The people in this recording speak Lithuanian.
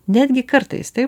netgi kartais taip